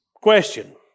Question